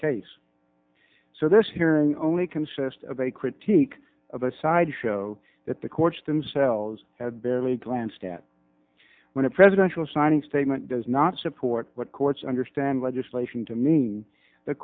case so this hearing only consist of a critique of a side show that the courts themselves have barely glanced at when a presidential signing statement does not support what courts understand legislation to mean the